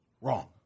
wrong